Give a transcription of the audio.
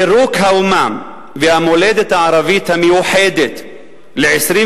פירוק האומה והמולדת הערבית המאוחדת ל-22